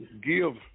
give